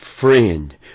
friend